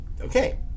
Okay